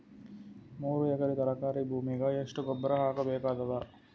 ಮೂರು ಎಕರಿ ತರಕಾರಿ ಭೂಮಿಗ ಎಷ್ಟ ಗೊಬ್ಬರ ಹಾಕ್ ಬೇಕಾಗತದ?